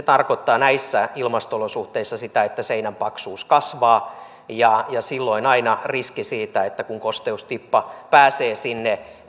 tarkoittaa näissä ilmasto olosuhteissa sitä että seinän paksuus kasvaa ja silloin kasvaa aina riski siitä että kosteustippa pääsee sinne